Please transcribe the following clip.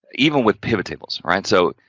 even with pivot tables, right. so,